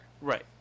Right